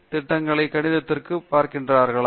திட்டங்களில் கணிதத்திற்கு பார்க்கிறீர்களா